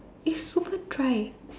it's super dry